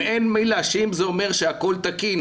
אם אין את מי להאשים זה אומר שהכל תקין.